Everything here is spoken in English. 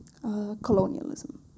colonialism